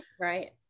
right